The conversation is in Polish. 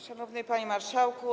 Szanowny Panie Marszałku!